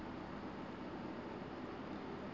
nineteen ah